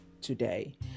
today